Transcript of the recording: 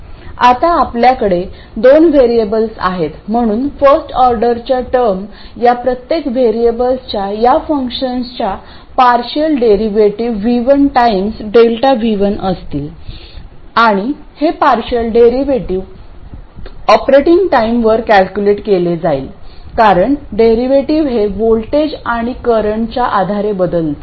आता आपल्याकडे दोन व्हेरिएबल्स आहेत म्हणून फर्स्ट ऑर्डरच्या टर्म या प्रत्येक व्हेरिएबलच्या या फंक्शनच्या partial derivative V1 times Δ V1 असतील आणि हे पार्शियल डेरिव्हेटिव्ह ऑपरेटिंग पॉईंटवर कॅल्क्युलेट केले जाईल कारण डेरिव्हेटिव्ह हे व्होल्टेज आणि करंटच्या आधारे बदलते